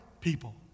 people